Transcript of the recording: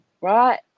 right